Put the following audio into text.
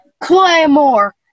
Claymore